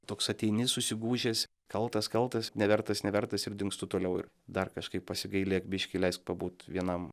toks ateini susigūžęs kaltas kaltas nevertas nevertas ir dingstu toliau ir dar kažkaip pasigailėk biškį leisk pabūt vienam